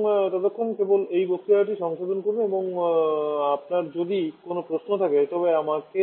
সুতরাং ততক্ষণ কেবল এই বক্তৃতাটি সংশোধন করুন এবং আপনার যদি কোনও প্রশ্ন থাকে তবে আমাকে